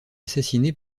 assassiné